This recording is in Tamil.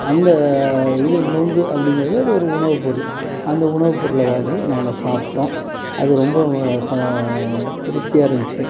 அந்த இது நொங்கு அப்படிங்கிறது அது ஒரு உணவு பொருள் அந்த உணவு பொருளை வாங்கி நாங்கள் சாப்பிட்டோம் அது ரொம்ப ச திருப்தியாக இருந்துச்சி